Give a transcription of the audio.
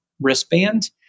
wristband